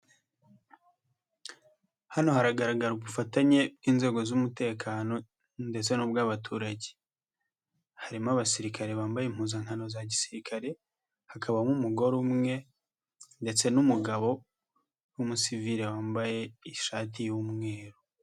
Hano hagaragara ubufatanye bw'inzego z'umutekano ndetse n'ubw'abaturage, harimo abasirikare bambaye impuzankano za gisirikare, hakabamo umugore umwe ndetse n'umugabo w'umusivile wambaye ishati y'umweru.